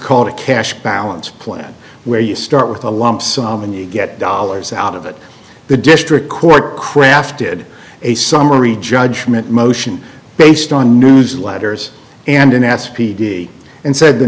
called a cash balance plan where you start with a law and you get dollars out of it the district court crafted a summary judgment motion based on newsletters and an ass p d and said the